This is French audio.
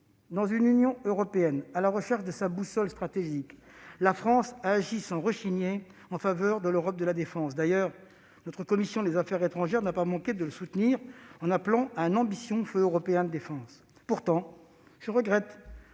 Dans une Union européenne à la recherche de sa boussole stratégique, la France a agi sans rechigner en faveur de l'Europe de la défense. D'ailleurs, notre commission des affaires étrangères n'a pas manqué de soutenir cette action, en appelant à un ambitieux fonds européen de la défense. Je regrette